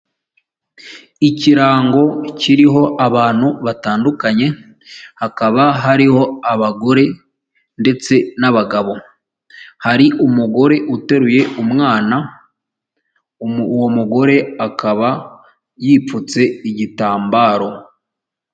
Ikirango kiriho abantu batandukanye hakaba hariho abagore ndetse n'abagabo, hari umugore uteruye umwana uwo mugore akaba yipfutse igitambaro.